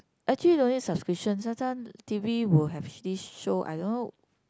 actually no need subscription sometime T_V will have this show I don't know